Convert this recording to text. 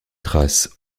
trace